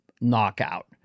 knockout